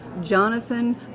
Jonathan